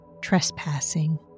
Trespassing